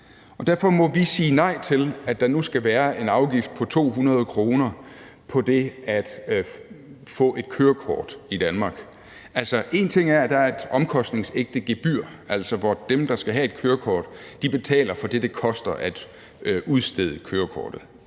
Derfor må vi sige nej til, at der nu skal være en afgift på 200 kr. på det at få et kørekort i Danmark. En ting er, at der et omkostningsægte gebyr, altså hvor dem, der skal have et kørekort, betaler for det, det koster at udstede kørekortet.